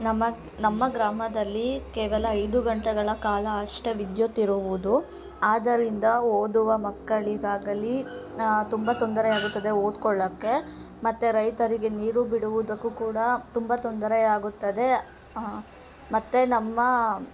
ನಮ ನಮ್ಮ ಗ್ರಾಮದಲ್ಲಿ ಕೇವಲ ಐದು ಗಂಟೆಗಳ ಕಾಲ ಅಷ್ಟೇ ವಿದ್ಯುತ್ ಇರುವುದು ಆದ್ದರಿಂದ ಓದುವ ಮಕ್ಕಳಿಗಾಗಲಿ ತುಂಬ ತೊಂದರೆಯಾಗುತ್ತದೆ ಓದ್ಕೊಳ್ಳೋಕ್ಕೆ ಮತ್ತು ರೈತರಿಗೆ ನೀರು ಬಿಡುವುದಕ್ಕೂ ಕೂಡ ತುಂಬ ತೊಂದರೆಯಾಗುತ್ತದೆ ಮತ್ತು ನಮ್ಮ